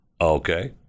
okay